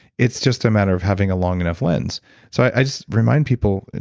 it's just a matter of having a long enough lens so i just remind people,